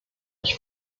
ich